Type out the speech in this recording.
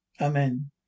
amen